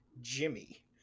Jimmy